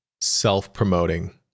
self-promoting